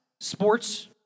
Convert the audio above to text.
sports